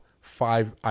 five